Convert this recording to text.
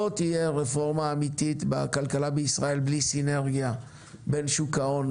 לא תהיה רפורמה אמיתית בכלכלה בישראל בלי סינרגיה בין שוק ההון,